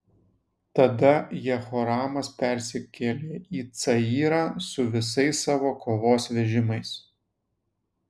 tada jehoramas persikėlė į cayrą su visais savo kovos vežimais